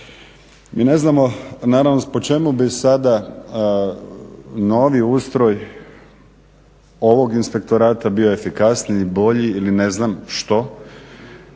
Mi ne znamo, naravno po čemu bi sada novi ustroj ovog inspektorata bio efikasniji, bolji ili ne znam što